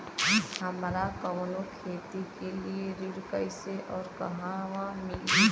हमरा कवनो खेती के लिये ऋण कइसे अउर कहवा मिली?